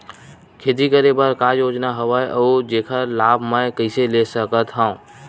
खेती करे बर का का योजना हवय अउ जेखर लाभ मैं कइसे ले सकत हव?